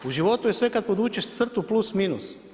U životu je sve kad podvučeš crtu plus, minus.